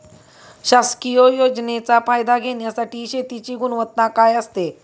शासकीय योजनेचा फायदा घेण्यासाठी शेतीची गुणवत्ता काय असते?